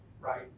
right